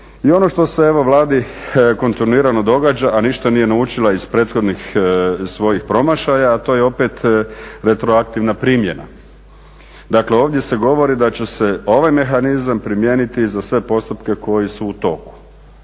I ono što se evo Vladi kontinuirano događa, a ništa nije naučila iz prethodnih svojih promašaja, a to je opet retroaktivna primjena. Dakle, ovdje se govori da će se ovaj mehanizam primijeniti i za sve postupke koji su u toku.